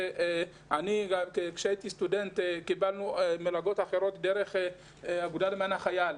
כשהייתי סטודנט קיבלנו מלגות דרך האגודה למען החייל,